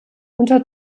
unter